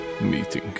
meeting